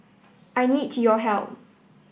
I need your help